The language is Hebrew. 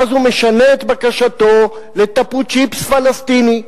ואז הוא משנה את בקשתו לתפוצ'יפס פלסטיני.